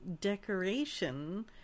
decoration